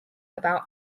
about